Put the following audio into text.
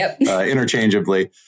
interchangeably